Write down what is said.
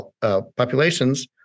populations